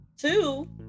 two